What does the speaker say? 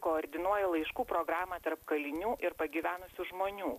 koordinuoja laiškų programą tarp kalinių ir pagyvenusių žmonių